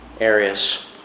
areas